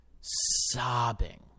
sobbing